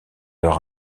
leur